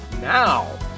Now